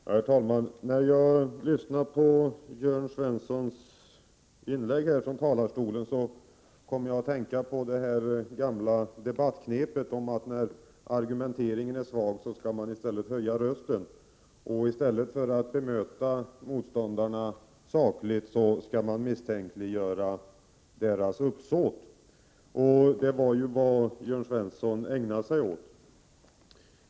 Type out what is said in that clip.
Herr talman! När jag lyssande på Jörn Svenssons inlägg kom jag att tänka på det gamla debattknepet: när argumenteringen är svag skall man höja rösten, och i stället för att bemöta motståndarna sakligt skall man misstänkliggöra deras uppsåt. Det var vad Jörn Svensson ägnade sig åt.